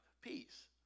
peace